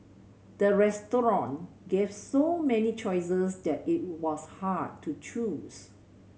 the restaurant gave so many choices that it was hard to choose